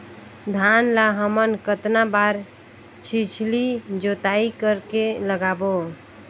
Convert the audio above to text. धान ला हमन कतना बार छिछली जोताई कर के लगाबो?